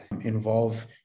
involve